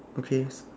okay